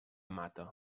mata